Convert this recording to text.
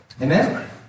Amen